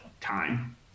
time